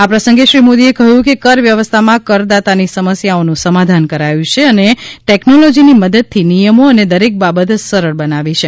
આ પ્રસંગે શ્રી મોદીએ કહ્યું કે કર વ્યવસ્થામાં કરદાતાની સમસ્યાઓનું સમાધાન કરાયું છે અને ટેકનોલોજીની મદદથી નિયમો અને દરેક બાબત સરળ બનાવી છે